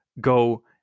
go